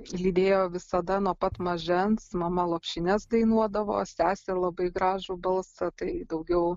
lydėjo visada nuo pat mažens mama lopšines dainuodavo sesė labai gražų balsą tai daugiau